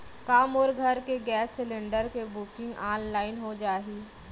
का मोर घर के गैस सिलेंडर के बुकिंग ऑनलाइन हो जाही?